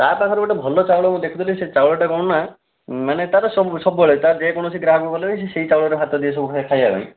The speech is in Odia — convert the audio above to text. ତା ପାଖରେ ଗୋଟେ ଭଲ ଚାଉଳ ମୁଁ ଦେଖୁଥିଲି ସେ ଚାଉଳଟା କ'ଣ ନା ମାନେ ତାର ସବୁ ସବୁବେଳେ ତାର ଯେକୌଣସି ଗ୍ରାହକ ଗଲେ ବି ସିଏ ସେଇ ଚାଉଳରେ ଭାତ ଦିଏ ସବୁ ଖାଇବା ପାଇଁ